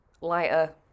lighter